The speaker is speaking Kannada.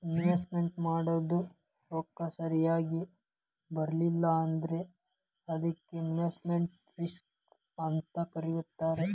ಇನ್ವೆಸ್ಟ್ಮೆನ್ಟ್ ಮಾಡಿದ್ ರೊಕ್ಕ ಸರಿಯಾಗ್ ಬರ್ಲಿಲ್ಲಾ ಅಂದ್ರ ಅದಕ್ಕ ಇನ್ವೆಸ್ಟ್ಮೆಟ್ ರಿಸ್ಕ್ ಅಂತ್ ಕರೇತಾರ